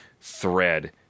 thread